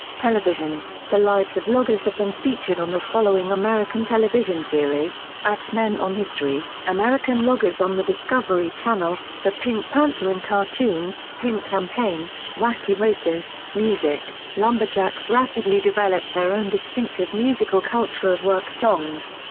television the lives of loggers have been featured on the following american television series ax men on history american loggers on the discovery channel the pink panther in cartoon, pink campaign wacky races music lumberjacks rapidly developed their own distinctive musical culture of work songs.